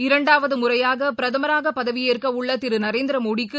இரண்டாவதுமுறையாகபிரதமராகபதவியேற்கவுள்ளதிருநரேந்திரமோடிக்கு